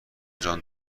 جان